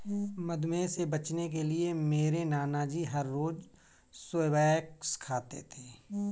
मधुमेह से बचने के लिए मेरे नानाजी हर रोज स्क्वैश खाते हैं